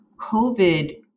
COVID